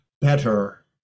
better